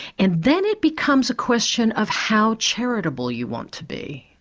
and then it becomes a question of how charitable you want to be,